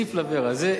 Cif-Lavera.